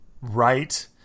right